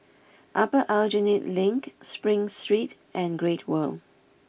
Upper Aljunied Link Spring Street and Great World